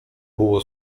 było